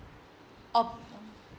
oh uh